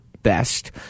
best